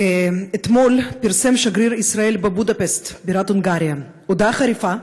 אתמול פרסם שגריר ישראל בבודפשט בירת הונגריה הודעה חריפה,